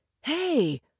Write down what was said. Hey